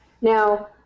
Now